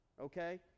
okay